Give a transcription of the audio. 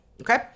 Okay